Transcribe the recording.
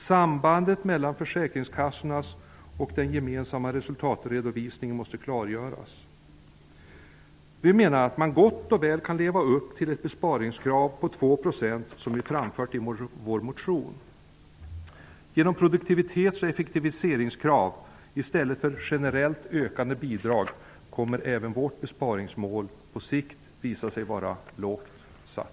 Sambandet mellan försäkringskassornas resultatredovisning och den gemensamma resultatredovisningen måste klargöras. Man kan gott och väl leva upp till ett besparingskrav på 2 %, ett förslag som vi framfört i vår motion. Genom produktivitets och effektiviseringskrav, i stället för generellt ökade bidrag, kommer även vårt besparingsmål att på sikt visa sig vara lågt satt.